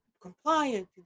compliance